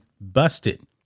busted